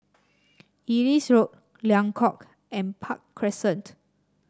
Ellis Road Liang Court and Park Crescent